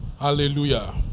hallelujah